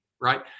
right